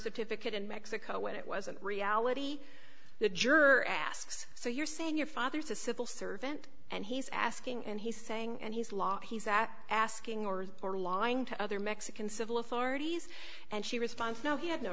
certificate in mexico when it wasn't reality the juror asks so you're saying your father's a civil servant and he's asking and he's saying and he's locked he's at asking or or lying to other mexican civil authorities and she responds no he had no